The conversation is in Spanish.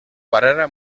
barrera